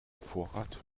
vorrat